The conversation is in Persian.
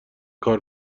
کار